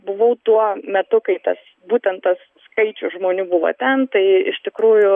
buvau tuo metu kai tas būtent tas skaičius žmonių buvo ten tai iš tikrųjų